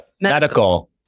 medical